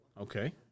Okay